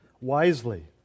wisely